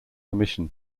emission